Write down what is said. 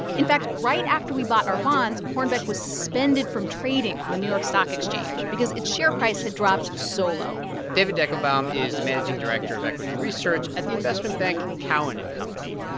in fact, right after we bought our bonds, hornbeck was suspended from trading on the new york stock exchange because its share price had dropped so low david deckelbaum is the managing director of equity research at the investment bank cowen and company.